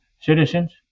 citizens